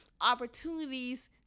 opportunities